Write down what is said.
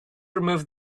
removed